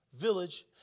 village